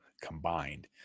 combined